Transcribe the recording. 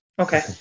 okay